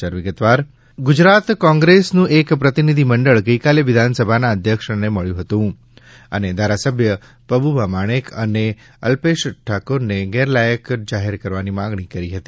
કોંગ્રેસ અધ્યક્ષ રજૂઆત ગુજરાત કોંગ્રેસનું એક પ્રતિનિધિમંડળ ગઈકાલે વિધાનસભાના અધ્યક્ષને મળ્યું હતું અને ધારાસભ્ય પબુભા માણેક અને અલ્પેશ ઠાકરને ગેરલાયક જાહેર કરવાની માગણી કરી હતી